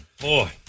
boy